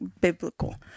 biblical